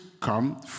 come